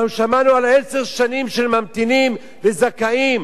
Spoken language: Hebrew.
אנחנו שמענו על עשר שנים של ממתינים וזכאים.